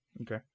Okay